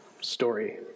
story